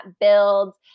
builds